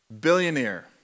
Billionaire